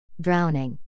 Drowning